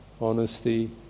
honesty